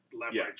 leverage